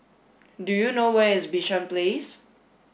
do you know where is Bishan Place